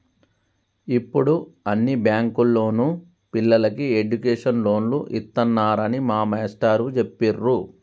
యిప్పుడు అన్ని బ్యేంకుల్లోనూ పిల్లలకి ఎడ్డుకేషన్ లోన్లు ఇత్తన్నారని మా మేష్టారు జెప్పిర్రు